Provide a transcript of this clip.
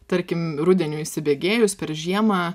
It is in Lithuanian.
tarkim rudeniui įsibėgėjus per žiemą